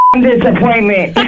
disappointment